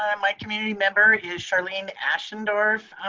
um my committee member is charlene ashendorf.